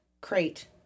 crate